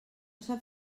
sap